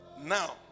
now